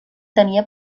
tenia